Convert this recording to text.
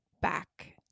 back